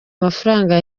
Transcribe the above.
mafaranga